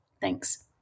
Thanks